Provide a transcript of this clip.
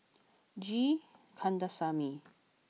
G Kandasamy